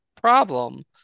problem